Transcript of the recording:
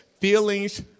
feelings